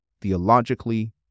theologically